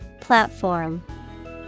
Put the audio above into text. Platform